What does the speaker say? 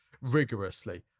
rigorously